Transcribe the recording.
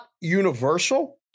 universal